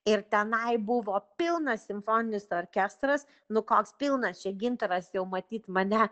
ir tenai buvo pilnas simfoninis orkestras nu koks pilnas čia gintaras jau matyt mane